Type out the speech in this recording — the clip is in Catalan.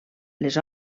les